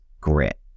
grit